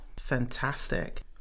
Fantastic